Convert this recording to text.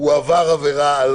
בכלל עבירות שיבוש.